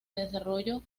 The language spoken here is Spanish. desarrollo